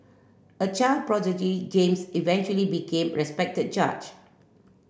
a child prodigy James eventually became a respected judge